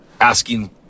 asking